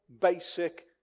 basic